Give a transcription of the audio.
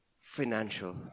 financial